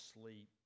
sleep